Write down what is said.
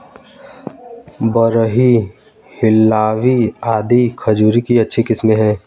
बरही, हिल्लावी आदि खजूर की अच्छी किस्मे हैं